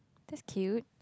that's cute